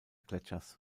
gletschers